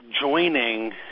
joining